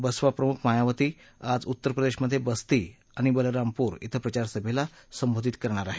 बसपा प्रमुख मायावती आज उत्तरप्रदेशमधे बस्ती आणि बलरामपूर श्विं प्रचारसभेला संबोधित करणार आहेत